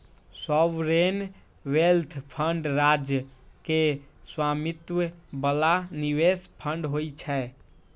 sovereign wealth fund राज्य के स्वामित्व बला निवेश फंड होइ छै